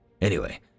Anyway